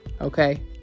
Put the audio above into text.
Okay